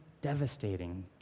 Devastating